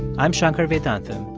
i'm shankar vedantam,